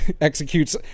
executes